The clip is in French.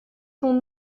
ton